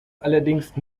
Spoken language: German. allerdings